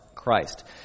Christ